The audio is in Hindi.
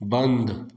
बंद